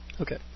okay